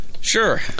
Sure